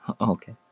okay